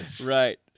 Right